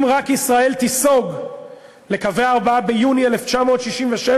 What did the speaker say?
אם ישראל רק תיסוג לקווי 4 ביוני 1967,